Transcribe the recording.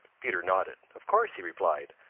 peter nodded. of course, he replied.